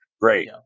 great